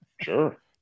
sure